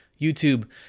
YouTube